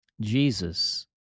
Jesus